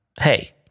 Hey